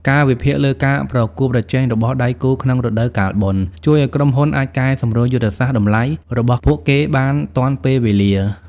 ការវិភាគលើការប្រកួតប្រជែងរបស់ដៃគូក្នុងរដូវកាលបុណ្យ ជួយឱ្យក្រុមហ៊ុនអាចកែសម្រួលយុទ្ធសាស្ត្រតម្លៃរបស់ពួកគេបានទាន់ពេលវេលា។